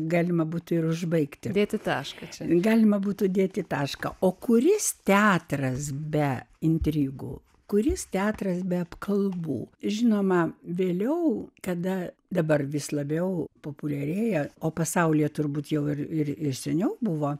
galima būti ir užbaigti dėti tašką galima būtų dėti tašką o kuris teatras be intrigų kuris teatras be apkalbų žinoma vėliau kada dabar vis labiau populiarėja o pasaulyje turbūt jau ir ir seniau buvo